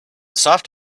soft